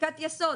בחקיקת יסוד.